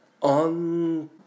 on